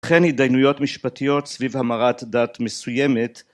וכן הידיינויות משפטיות סביב המרת דת מסוימת